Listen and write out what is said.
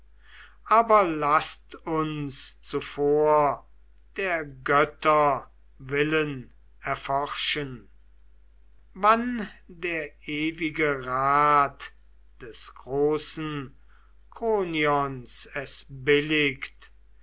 aber laßt uns zuvor der götter willen erforschen wann der ewige rat des großen kronion es billigt